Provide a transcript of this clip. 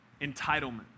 Entitlement